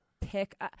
pick